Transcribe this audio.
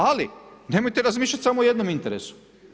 Ali, nemojte razmišljati samo o jednom interesu.